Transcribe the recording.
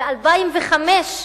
ב-2005,